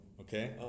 okay